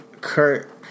Kurt